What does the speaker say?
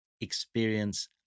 experience